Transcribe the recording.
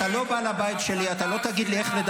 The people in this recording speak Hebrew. אתה לא יכול מצד אחד להגיד "הסתה",